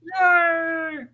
Yay